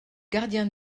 gardien